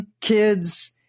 kids